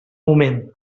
moment